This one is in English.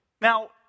Now